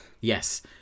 Yes